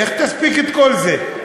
איך תספיק את כל זה?